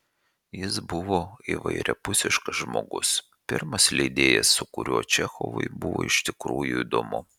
jis buvo įvairiapusiškas žmogus pirmas leidėjas su kuriuo čechovui buvo iš tikrųjų įdomu